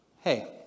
Hey